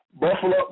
Buffalo